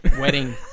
wedding